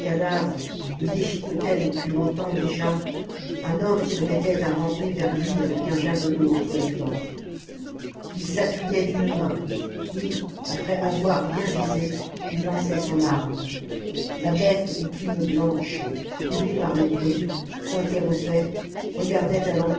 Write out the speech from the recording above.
cadavre le déchiquetait depuis longtemps déjà un homme se mettait à ramper vers lui avec un javelot entre les dents ii s'appuyait d'une main et après avoir bien visé il lançait son arme la bête aux plumes blanches troublée par le bruit s'interrompait regardait